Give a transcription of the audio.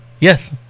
yes